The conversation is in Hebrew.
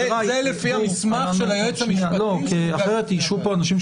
זה לפי המסמך של היועץ המשפטי --- נעצור כאן את הדיון הזה,